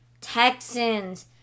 Texans